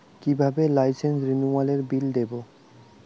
কিভাবে লাইসেন্স রেনুয়ালের বিল দেবো?